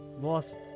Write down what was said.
Lost